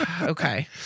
Okay